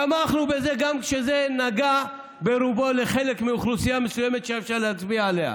תמכנו בזה גם כשזה נגע ברובו לחלק מאוכלוסייה מסוימת שאפשר להצביע עליה,